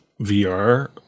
VR